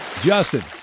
Justin